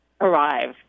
arrive